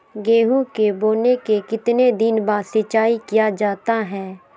गेंहू के बोने के कितने दिन बाद सिंचाई किया जाता है?